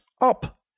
up